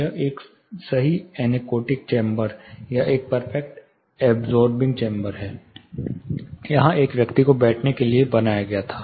यह एक सही एनेकोटिक चैम्बर या एक परफेक्ट एब्सोर्बिंग चैंबर है जहां एक व्यक्ति को बैठने के लिए बनाया गया था